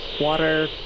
water